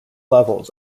levels